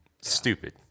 Stupid